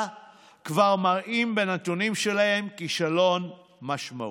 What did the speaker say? כבר מראים בנתונים שלהם כישלון משמעותי.